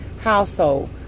household